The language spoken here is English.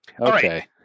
Okay